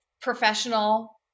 professional